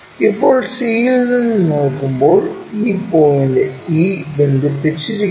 ഇപ്പോൾ c യിൽ നിന്ന് നോക്കുമ്പോൾ ഈ പോയിന്റ് e ബന്ധിപ്പിച്ചിരിക്കുന്നു